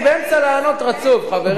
אני באמצע לענות רצוף, חברים.